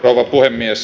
rouva puhemies